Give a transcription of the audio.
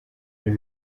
ibi